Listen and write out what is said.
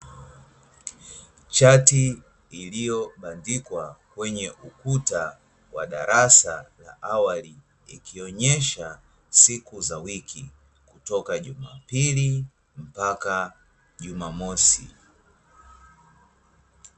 Chati iliyobandikwa kwenye ukuta wa darasa la awali, ikionyesha siku za wiki kutoka jumapili mpaka jumamosi.